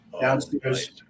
downstairs